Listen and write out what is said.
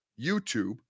YouTube